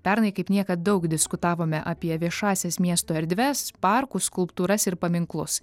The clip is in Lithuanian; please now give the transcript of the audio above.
pernai kaip niekad daug diskutavome apie viešąsias miesto erdves parkų skulptūras ir paminklus